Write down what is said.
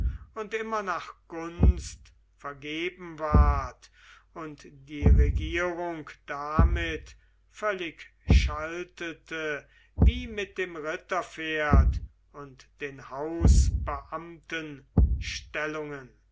und immer nach gunst vergeben ward und die regierung damit völlig schaltete wie mit dem ritterpferd und den hausbeamtenstellungen